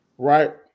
Right